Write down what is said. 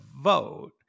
vote